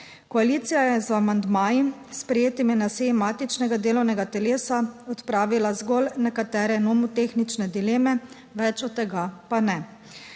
Koalicija je z amandmaji, sprejetimi na seji matičnega delovnega telesa odpravila zgolj nekatere nomotehnične dileme, več od tega pa ne.